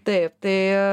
taip tai